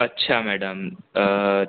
अच्छा मैडम अ